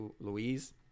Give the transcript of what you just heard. Louise